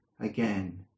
again